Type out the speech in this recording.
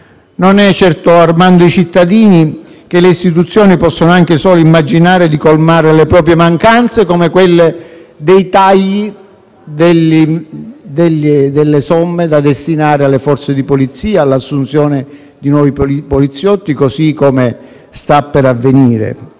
non è certo armando i cittadini che le istituzioni possono anche solo immaginare di colmare le proprie mancanze, come quelle dei tagli alle risorse da destinare alle Forze di polizia e all'assunzione di nuovi poliziotti, così come sta per avvenire,